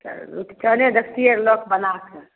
चाहे रुपचने देखतियै आर लऽ कऽ बना कए